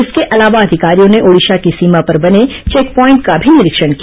इसके अलावा अधिकारियों ने ओड़िशा की सीमा पर बने चेंक प्वाइंट का भी निरीक्षण किया